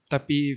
Tapi